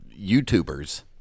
YouTubers